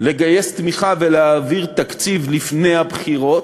לגייס תמיכה ולהעביר תקציב לפני הבחירות.